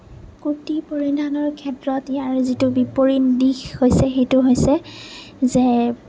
কুৰ্তি পৰিধানৰ ক্ষেত্ৰত ইয়াৰ যিটো বিপৰীত দিশ হৈছে সেইটো হৈছে যে